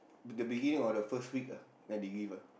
the beginning of the first week ah then they give ah